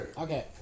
Okay